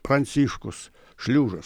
pranciškus šliužas